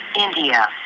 India